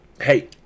Hey